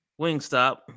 Wingstop